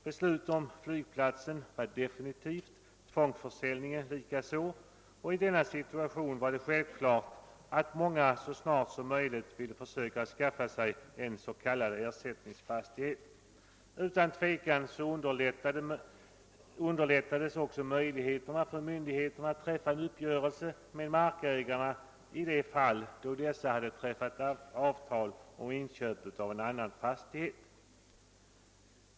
Beslutet om flygplatsen var definitivt, tvångsförsäljningen likaså och i denna situation var det självklart, att många också så snart som möjligt ville försöka skaffa sig en s.k. ersättningsfastighet. Utan tvekan underlättades därigenom möjligheterna för myndigheten att träffa en uppgörelse med markägarna i de fall, då dessa hade träffat avtal om inköp av ersättningsfastigheter.